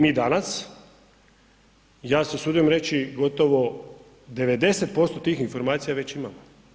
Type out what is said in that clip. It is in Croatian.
Mi danas, ja se usuđujem reći, gotovo 90% tih informacija već imamo.